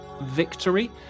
victory